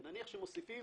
ומוסיפים,